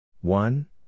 one